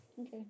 Okay